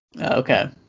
Okay